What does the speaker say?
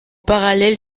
parallèle